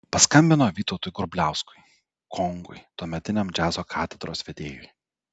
paskambino vytautui grubliauskui kongui tuometiniam džiazo katedros vedėjui